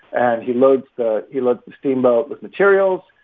and he loads the he loads the steamboat with materials,